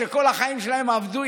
שכל החיים שלהם עבדו,